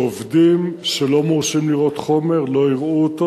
שעובדים שלא מורשים לראות חומר לא יראו אותו.